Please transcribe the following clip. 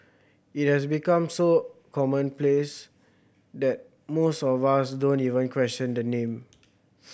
it has become so commonplace that most of us don't even question the name